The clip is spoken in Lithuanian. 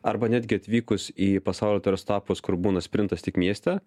arba netgi atvykus į pasaulio taurės etapus kur būna sprintas tik mieste